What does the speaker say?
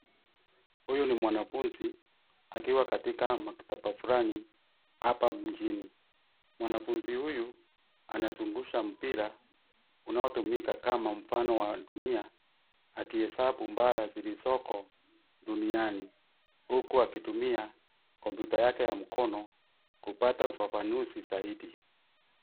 Huyu ni mwanafunzi akiwa katika maktaba fulani hapa mjini. Mwanafunzi huyu anazungusha mpira unaotumika kama mfano wa dunia, akihesabu bara zilizoko duniani. Huku akitumia kompyuta yake ya mkono kupata ufafanuzi zaidi.